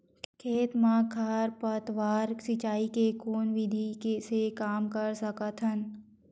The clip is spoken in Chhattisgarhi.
खेत म खरपतवार सिंचाई के कोन विधि से कम कर सकथन?